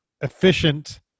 efficient